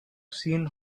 seen